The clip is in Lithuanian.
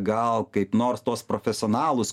gal kaip nors tuos profesionalus